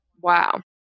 Wow